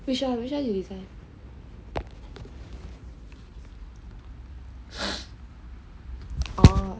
which [one] which you using